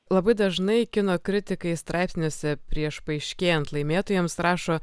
labai dažnai kino kritikai straipsniuose prieš paaiškėjant laimėtojams rašo